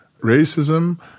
racism